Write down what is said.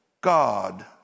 God